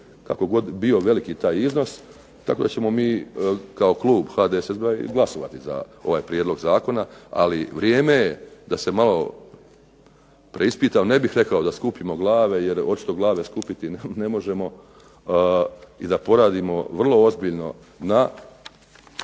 kako god bio veliki taj iznos tako da ćemo mi kao klub HDSSB-a i glasovati za ovaj prijedlog zakona. Ali vrijeme je da se malo preispitamo, ne bih rekao da skupimo glave jer očito glave skupiti ne možemo i da poradimo vrlo ozbiljno na